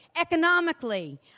economically